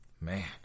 Man